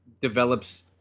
develops